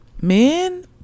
men